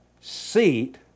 seat